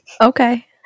okay